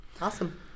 awesome